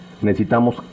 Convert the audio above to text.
Necesitamos